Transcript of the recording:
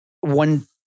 One